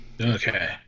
Okay